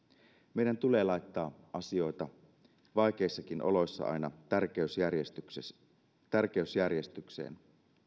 meidän tulee laittaa asioita vaikeissakin oloissa aina tärkeysjärjestykseen tärkeysjärjestykseen